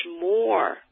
more